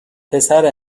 پسر